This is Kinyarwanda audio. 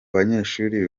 banyeshuri